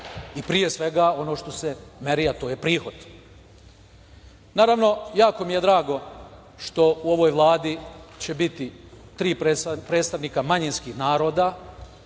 i, pre svega, ono što se meri, a to je prihod. Naravno, jako mi je drago što u ovoj Vladi će biti tri predstavnika manjinskih naroda,